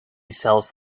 sells